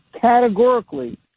categorically